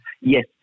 Yes